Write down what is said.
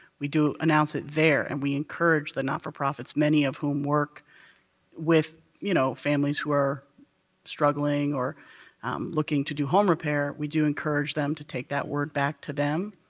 we do announce it there, and we encourage the not-for-profits, many of whom work with, you know, families who are struggling or looking to do home repair, we do encourage them to take that word back to them,